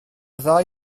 ddau